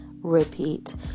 Repeat